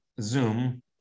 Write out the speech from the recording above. Zoom